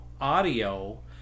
audio